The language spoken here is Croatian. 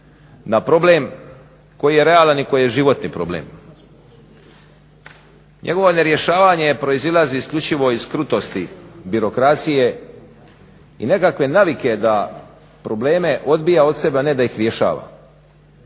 na problem koji je realan i koji je životni problem. Njegovo nerješavanje proizlazi isključivo iz krutosti birokracije i nekakve navike da probleme odbija od sebe, a ne da ih rješava.